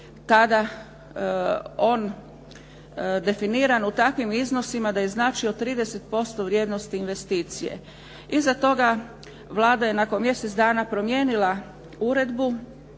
tada on definiran u takvim iznosima da je značio 30% vrijednosti investicije. Iza toga Vlada je nakon mjesec dana promijenila uredbu